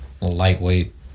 lightweight